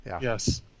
Yes